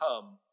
come